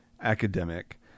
academic